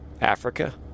Africa